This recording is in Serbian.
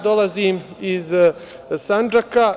Dolazim iz Sandžaka.